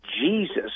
Jesus